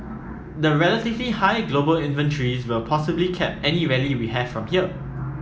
the relatively high global inventories will possibly cap any rally we have from here